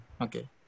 okay